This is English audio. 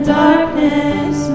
darkness